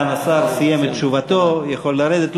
סגן השר סיים את תשובתו והוא יכול לרדת.